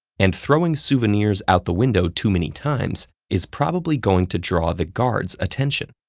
and throwing souvenirs out the window too many times is probably going to draw the guards' attention.